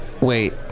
wait